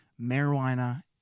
marijuana